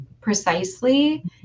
precisely